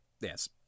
yes